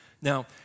Now